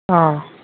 অঁ